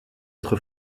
être